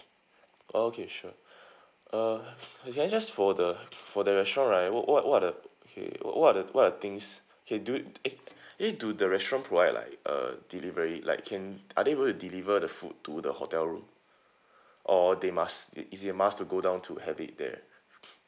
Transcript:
okay sure uh can I just for the for the restaurant right what what are the what okay what are the what are the things okay do it act~ actually do the restaurant provide like uh delivery like can are they able to deliver the food to the hotel room or they must is it a must to go down to have it there